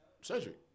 Cedric